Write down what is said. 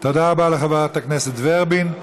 תודה רבה לחברת הכנסת ורבין.